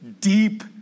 deep